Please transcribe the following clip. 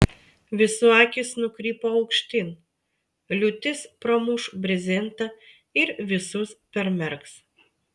visų akys nukrypo aukštyn liūtis pramuš brezentą ir visus permerks